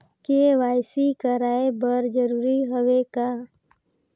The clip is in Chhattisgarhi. के.वाई.सी कराय बर जरूरी हवे का?